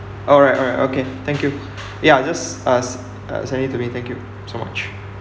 alright alright okay thank you ya just just uh send it to me thank you so much